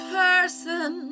person